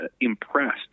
impressed